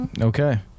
Okay